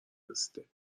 رسیده